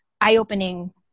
eye-opening